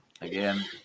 again